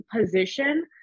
position